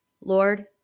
Lord